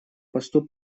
посту